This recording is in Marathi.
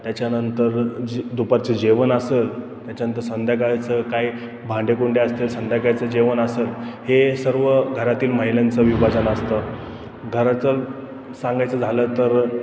त्याच्यानंतर जे दुपारचं जेवण असेल त्याच्यानंतर संध्याकाळचं काही भांडेकुंडे असतील संध्याकाळचं जेवण असेल हे सर्व घरातील महिलांचं विभाजन असतं घराचं सांगायचं झालं तर